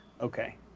Okay